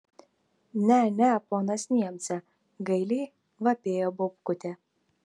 ne ne ponas niemce gailiai vapėjo baubkutė